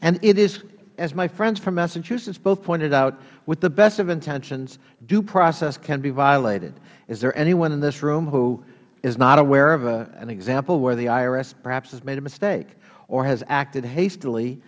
it is as my friends from massachusetts both pointed out with the best of intentions due process can be violated is there anyone in this room who is not aware of an example where the irs perhaps has made a mistake or has acted hastily